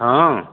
ହଁ